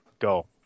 go